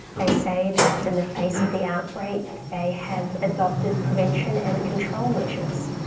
they say that in the face of the outbreak they have adopted prevention and control measures,